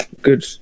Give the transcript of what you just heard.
Good